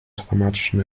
traumatischen